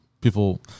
People